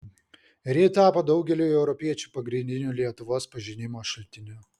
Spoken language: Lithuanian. ir ji tapo daugeliui europiečių pagrindiniu lietuvos pažinimo šaltiniu